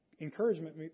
encouragement